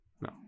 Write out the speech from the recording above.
No